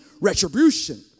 retribution